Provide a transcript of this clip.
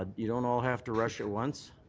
ah you don't all have to rush at once.